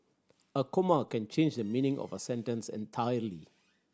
a comma can change the meaning of a sentence entirely